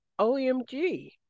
OMG